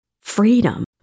freedom